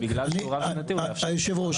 בגלל שהוא רב שנתי הוא --- היושב ראש,